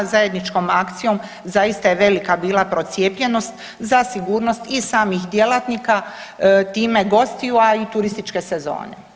Zajedničkom akcijom zaista je velika bila procijepljenost za sigurnost i samih djelatnika time gostiju, a i turističke sezone.